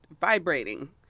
vibrating